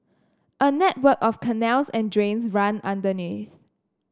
a network of canals and drains run underneath